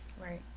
Right